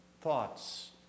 thoughts